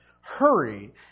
hurry